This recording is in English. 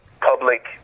public